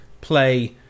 play